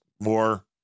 more